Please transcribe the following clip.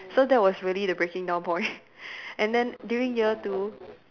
so that was really the breaking down point and then during year two